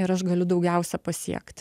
ir aš galiu daugiausia pasiekti